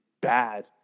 bad